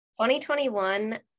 2021